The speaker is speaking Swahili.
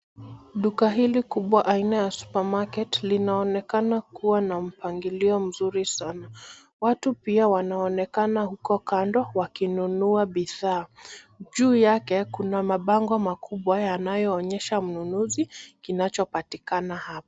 Duka hili kubwa aina ya supermarket linaonekana kuwa na mpangilio mzuri sana. Watu pia wanaonekana huko kando wakinunua bidhaa. Juu yake kuna mabango makubwa yanayoonyesha mnunuzi kinachopatikana hapa.